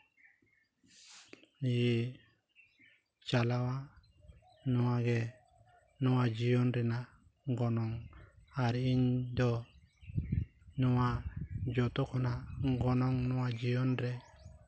ᱪᱟᱞᱟᱣᱟ ᱱᱚᱣᱟ ᱜᱮ ᱱᱚᱣᱟ ᱡᱤᱭᱚᱱ ᱨᱮᱱᱟᱜ ᱜᱚᱱᱚᱝ ᱟᱨ ᱤᱧ ᱫᱚ ᱱᱚᱣᱟ ᱡᱚᱛᱚ ᱠᱷᱚᱱᱟᱜ ᱜᱚᱱᱚᱝ ᱱᱚᱣᱟ ᱡᱤᱭᱚᱱ ᱨᱮ